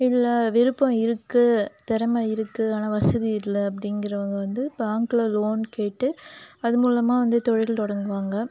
இல்லை விருப்பம் இருக்கு திறமை இருக்கு ஆனால் வசதி இல்லை அப்படிங்குறவங்க வந்து பேங்கில் லோன் கேட்டு அது மூலமாக வந்து தொழில் தொடங்குவாங்க